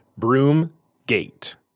Broomgate